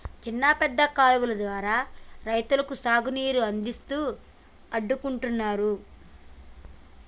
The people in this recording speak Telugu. చిన్న పెద్ద కాలువలు ద్వారా రైతులకు సాగు నీరు అందిస్తూ అడ్డుకుంటున్నారు